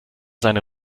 seine